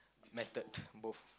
method to both